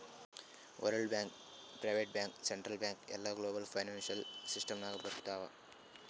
world bank, private bank, central bank ಎಲ್ಲಾ global financial system ನಾಗ್ ಬರ್ತಾವ್